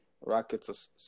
Rockets